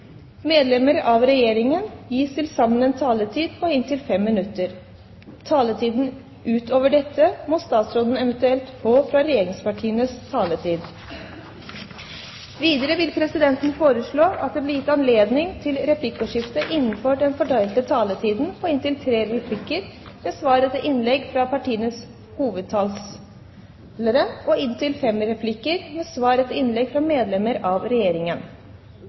Medlemmer av Regjeringen gis til sammen en taletid på inntil 5 minutter. Taletid utover dette må statsrådene eventuelt få fra regjeringspartienes taletid. Videre vil presidenten foreslå at det blir gitt anledning til replikkordskifte på inntil tre replikker med svar etter innlegg fra partienes hovedtalere og inntil fem replikker med svar etter innlegg fra medlemmer av Regjeringen